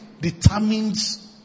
determines